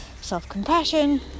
self-compassion